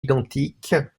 identiques